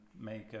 Make